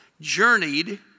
journeyed